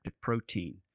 protein